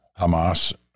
Hamas